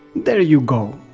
there you go!